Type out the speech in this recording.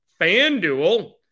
FanDuel